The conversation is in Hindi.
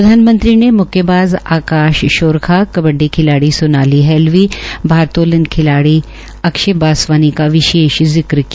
प्रधानमंत्री ने मुक्केबाज़ आकाश गोरखा कबड्डी खिलाड़ी सोनाली हैलवी भारतोलन खिलाड़ी अक्ष्य बासवानी का विशेष जिक्र किया